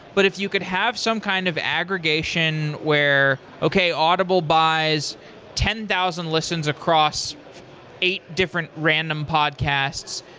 but if you could have some kind of aggregation where, okay, audible buys ten thousand listens across eight different random podcasts.